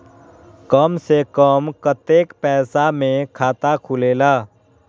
कम से कम कतेइक पैसा में खाता खुलेला?